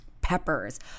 peppers